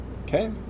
okay